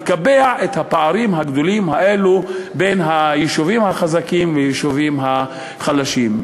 לקבע את הפערים הגדולים האלה בין היישובים החזקים והיישובים החלשים.